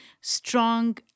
strong